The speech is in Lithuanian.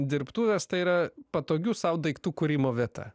dirbtuvės tai yra patogių sau daiktų kūrimo vieta